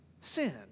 sin